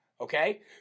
Okay